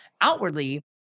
outwardly